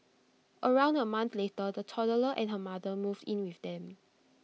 around A month later the toddler and her mother moved in with them